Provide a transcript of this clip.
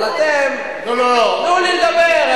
אבל אתם, תנו לי לדבר.